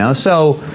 um so,